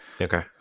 Okay